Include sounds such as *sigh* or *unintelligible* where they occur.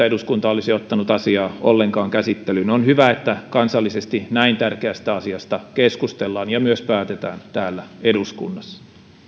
*unintelligible* eduskunta olisi ottanut asiaa ollenkaan käsittelyyn on hyvä että kansallisesti näin tärkeästä asiasta keskustellaan ja myös päätetään täällä eduskunnassa